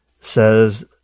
says